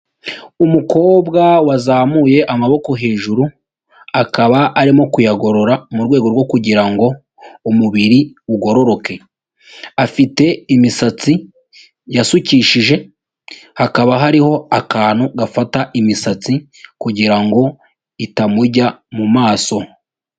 Umukobwa wazamuye amaboko hejuru, akaba arimo kuyagorora mu rwego rwo kugira ngo umubiri ugororoke. Afite imisatsi yasukishije hakaba hariho akantu gafata imisatsi kugira ngo itamujya mumaso.